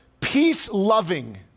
peace-loving